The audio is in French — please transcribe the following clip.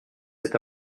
cet